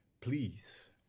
please